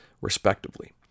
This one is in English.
respectively